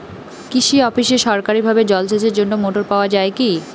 কৃষি অফিসে সরকারিভাবে জল সেচের জন্য মোটর পাওয়া যায় কি?